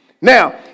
Now